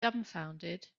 dumbfounded